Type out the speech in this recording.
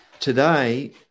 Today